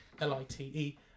L-I-T-E